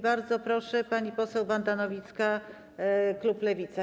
Bardzo proszę, pani poseł Wanda Nowicka, klub Lewica.